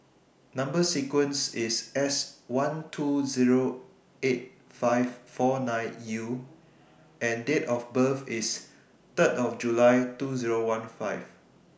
Number sequence IS S one two Zero eight five four nine U and Date of birth IS three of July two Zero one five